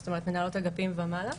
זאת אומרת מנהלות אגפים ומעלה,